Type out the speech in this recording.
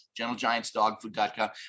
gentlegiantsdogfood.com